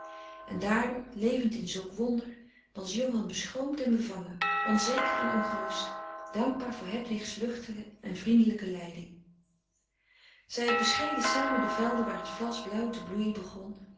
en daardoor levend in zulk wonder was johan beschroomd en bevangen onzeker en ongerust dankbaar voor hedwigs luchtige en vriendelijke leiding zij beschreden samen de velden waar het vlas blauw te bloeien begon